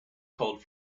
called